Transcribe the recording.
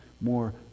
more